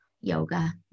yoga